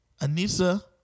Anissa